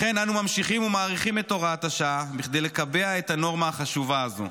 לכן אנו ממשיכים ומאריכים את הוראת השעה כדי לקבע את הנורמה החשובה הזו.